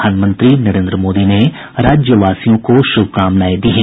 प्रधानमंत्री नरेन्द्र मोदी ने राज्यवासियों को शुभकामनाएं दी हैं